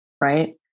right